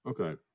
Okay